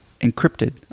encrypted